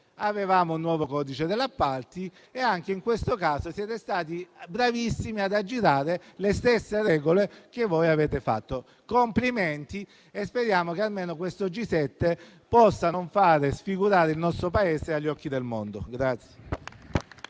Avevamo un nuovo codice degli appalti, ma anche in questo caso siete stati bravissimi ad aggirare le stesse regole che voi avete fatto. Complimenti e speriamo che almeno questo G7 possa non far sfigurare il nostro Paese agli occhi del mondo.